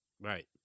right